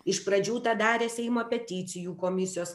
iš pradžių tą darė seimo peticijų komisijos